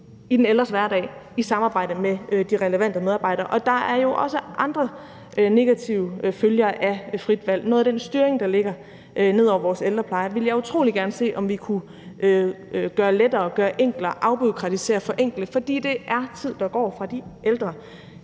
i den ældres hverdag i samarbejde med de relevante medarbejdere. Der er jo også andre negative følger af frit valg. Noget af den styring, der ligger ned over vores ældrepleje, vil jeg utrolig gerne se om vi kunne gøre lettere og gøre enklere og afbureaukratisere og forenkle, for det er tid, der går fra de ældre.